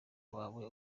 wawe